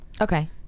Okay